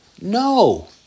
No